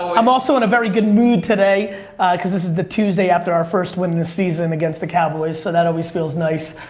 i'm also in a very good mood today because this is the tuesday after our first win of the season against the cowboys, so that always feels nice.